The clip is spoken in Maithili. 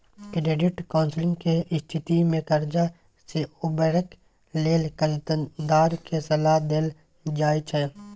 क्रेडिट काउंसलिंग के स्थिति में कर्जा से उबरय लेल कर्जदार के सलाह देल जाइ छइ